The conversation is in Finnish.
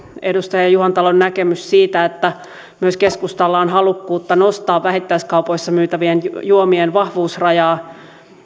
edustaja juhantalon näkemys siitä että myös keskustalla on halukkuutta nostaa vähittäiskaupoissa myytävien juomien vahvuusrajaa